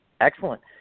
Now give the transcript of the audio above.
Excellent